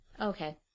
Okay